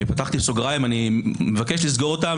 פתחתי סוגריים אני מבקש לסגור אותם,